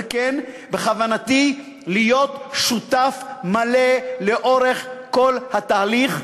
וכן בכוונתי להיות שותף מלא לאורך כל התהליך,